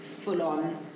full-on